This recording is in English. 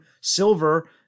Silver